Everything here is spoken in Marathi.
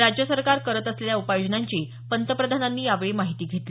राज्य सरकार करत असलेल्या उपाययोजनांची पंतप्रधानांनी माहिती घेतली